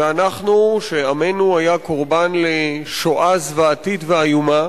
ואנחנו, שעמנו היה קורבן לשואה זוועתית ואיומה,